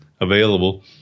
available